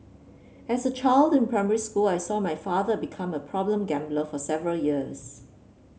as a child in primary school I saw my father become a problem gambler for several years